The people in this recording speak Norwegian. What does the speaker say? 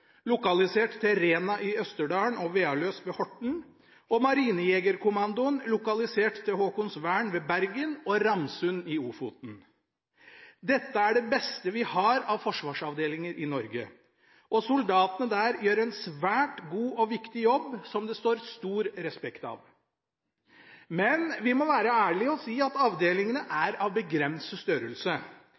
lokalisert til Rena i Østerdalen og Vealøs ved Horten – og Marinejegerkommandoen – lokalisert til Haakonsvern ved Bergen og Ramsund i Ofoten. Dette er det beste vi har av forsvarsavdelinger i Norge, og soldatene der gjør en svært god og viktig jobb som det står stor respekt av. Men vi må være ærlige og si at avdelingene er av begrenset størrelse.